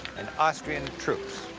and austrian troops.